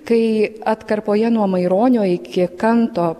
kai atkarpoje nuo maironio iki kanto